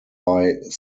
wood